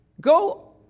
go